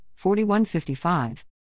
41-55